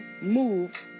move